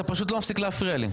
אתה פשוט לא מפסיק להפריע לי.